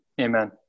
Amen